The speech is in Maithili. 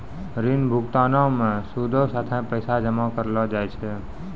ऋण भुगतानो मे सूदो साथे पैसो जमा करै ल लागै छै